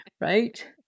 Right